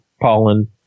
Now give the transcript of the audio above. pollen